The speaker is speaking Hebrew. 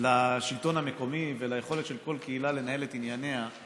לשלטון המקומי וליכולת של כל קהילה לנהל את ענייניה,